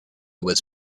was